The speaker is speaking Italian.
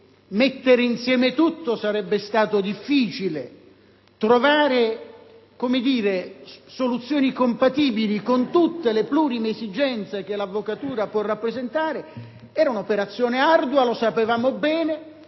Mettere quindi insieme tutto sarebbe stato difficile; trovare soluzioni compatibili con tutte le plurime esigenze che l'avvocatura può rappresentare era un'operazione ardua: lo sapevamo bene,